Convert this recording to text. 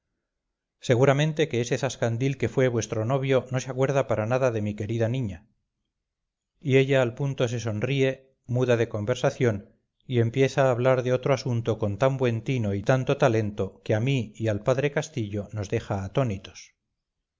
seguramente que ese zascandil que fue vuestro novio no se acuerda para nada de mi querida niña y ella al punto se sonríe muda de conversación y empieza a hablar de otro asunto con tan buen tino y tanto talento que a mí y al padre castillo nos deja atónitos